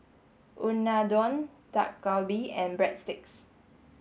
Unadon Dak Galbi and Breadsticks